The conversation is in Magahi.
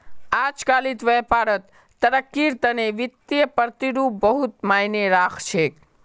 अजकालित व्यापारत तरक्कीर तने वित्तीय प्रतिरूप बहुत मायने राख छेक